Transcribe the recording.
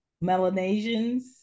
Melanesians